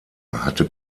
hatte